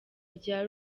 rya